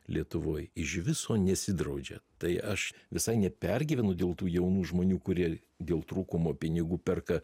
lietuvoj iš viso nesidraudžia tai aš visai nepergyvenu dėl tų jaunų žmonių kurie dėl trūkumo pinigų perka